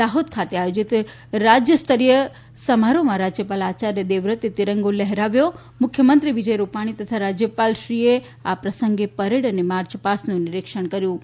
દાહોદ ખાતે આયોજીત રાજ્યસ્તરીય સમારોહમાં રાજ્યપાલ આયાર્ય દેવવ્રતે તિરંગો લહેરાવ્યો મુખ્યમંત્રી વિજય રૂપાણી તથા રાજ્યપાલ શ્રી એ આ પ્રસંગે પરેડ અને માર્ચ પાસ્ટનું નીરીક્ષણ કર્યું હતું